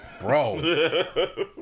Bro